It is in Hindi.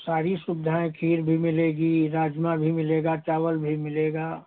सारी सुविधाएँ खीर भी मिलेगी राजमा भी मिलेगा चावल भी मिलेगा